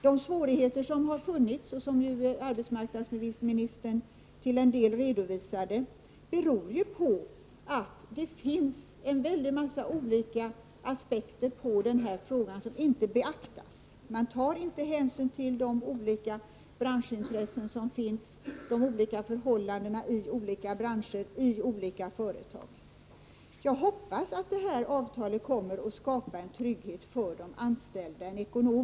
De svårigheter som funnits och som arbetsmarknadsministern till en del redovisat beror ju på att det finns en väldig massa olika aspekter på denna fråga som inte beaktas. Man tar inte hänsyn till de olika branschintressen som finns och till de olika förhållandena i olika branscher och i olika företag. Jag hoppas att det här avtalet kommer att skapa ekonomisk trygghet för de anställda.